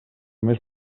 més